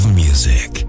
music